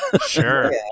Sure